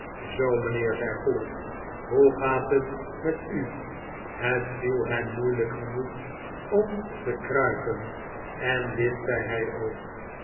zoo mijnheer zei chollop hoe gaat het met u het viel hem moeilijk genoeg om te kruipen en dit zei hij ook